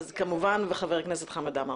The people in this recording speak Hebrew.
אז, כמובן, גם חבר הכנסת חמד עמאר.